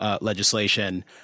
legislation